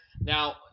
Now